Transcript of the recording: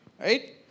right